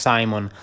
Simon